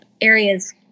areas